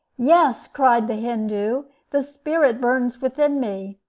yes, cried the hindoo. the spirit burns within me.